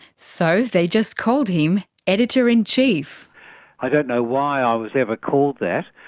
so they just called him editor-in-chief. i don't know why i was ever called that.